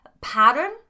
pattern